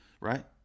right